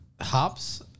hops